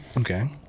Okay